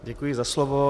Děkuji za slovo.